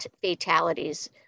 fatalities